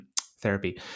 therapy